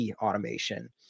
automation